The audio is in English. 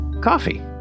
coffee